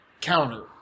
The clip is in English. counter